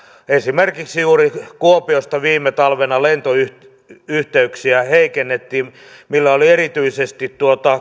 esimerkiksi juuri kuopiosta viime talvena lentoyhteyksiä heikennettiin millä oli erityisesti